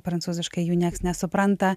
prancūziškai jų niekas nesupranta